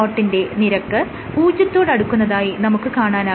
ന്റെ നിരക്ക് പൂജ്യത്തോടടുക്കുന്നതായി നമുക്ക് കാണാനാകും